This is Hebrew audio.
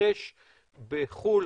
למתרחש בחו"ל,